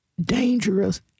dangerous